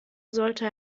sollte